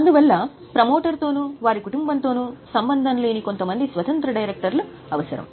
అందువల్ల ప్రమోటర్ తో కానీ వారి కుటుంబం తో కానీ సంబంధంలేని కొంతమంది స్వతంత్ర డైరెక్టర్లు అవసరం